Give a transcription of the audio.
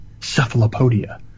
cephalopodia